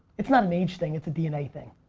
it's not an age thing, it's a dna thing.